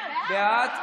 בעד?